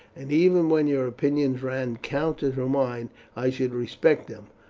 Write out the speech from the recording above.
and even when your opinions ran counter to mine i should respect them.